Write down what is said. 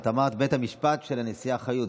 את אמרת בית המשפט של הנשיאה חיות,